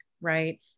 right